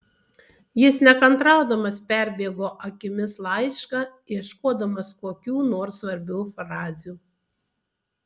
jis nekantraudamas perbėgo akimis laišką ieškodamas kokių nors svarbių frazių